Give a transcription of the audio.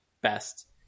best